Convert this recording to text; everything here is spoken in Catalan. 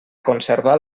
conservar